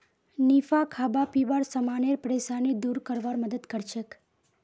निफा खाबा पीबार समानेर परेशानी दूर करवार मदद करछेक